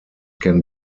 can